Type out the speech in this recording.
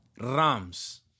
Rams